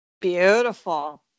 Beautiful